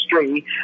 history